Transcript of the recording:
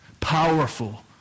Powerful